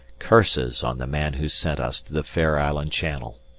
curses on the man who sent us to the fair island channel.